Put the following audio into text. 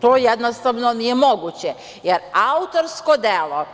To jednostavno nije moguće, jer autorsko delo,